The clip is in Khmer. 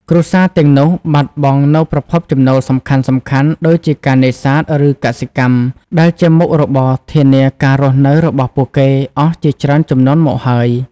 គ្រួសារទាំងនោះបាត់បង់នូវប្រភពចំណូលសំខាន់ៗ ដូចជាការ នេសាទ ឬ កសិកម្ម ដែលជាមុខរបរធានាការរស់នៅរបស់ពួកគេអស់ជាច្រើនជំនាន់មកហើយ។